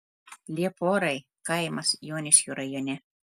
lieporai kaimas joniškio rajone